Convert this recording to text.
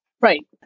Right